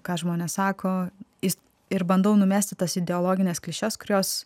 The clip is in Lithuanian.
ką žmonės sako jis ir bandau numesti tas ideologines klišes kurios